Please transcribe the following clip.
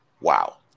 Wow